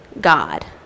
God